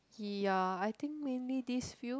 he uh I think mainly this few